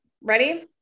Ready